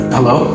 Hello